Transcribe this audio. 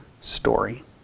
story